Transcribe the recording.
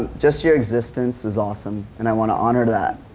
just your existence is awesome and i wanna honor that,